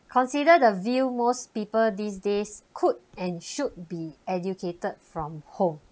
consider the view most people these days could and should be educated from home